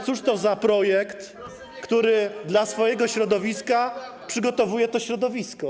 Cóż to za projekt, który dla swojego środowiska przygotowuje to środowisko?